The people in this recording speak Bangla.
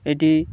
এটি